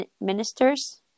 ministers